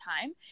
time